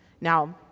Now